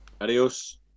Adios